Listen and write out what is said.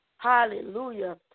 Hallelujah